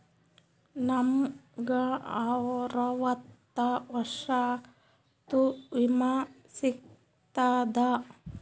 ನಮ್ ಗ ಅರವತ್ತ ವರ್ಷಾತು ವಿಮಾ ಸಿಗ್ತದಾ?